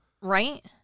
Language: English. Right